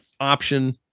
option